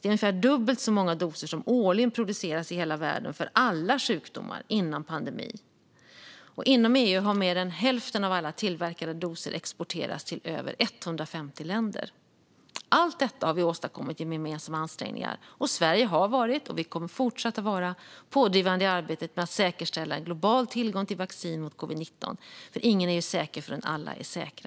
Det är ungefär dubbelt så många doser som årligen producerades i hela världen för alla sjukdomar innan pandemin. Inom EU har mer än hälften av alla tillverkade doser exporterats till över 150 länder. Allt detta har vi åstadkommit med gemensamma ansträngningar . Sverige har varit och kommer att fortsätta att vara pådrivande i arbetet med att säkerställa global tillgång till vaccin mot covid-19. Ingen är säker förrän alla är säkra.